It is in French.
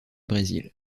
brésil